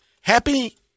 happy